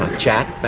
ah chat. but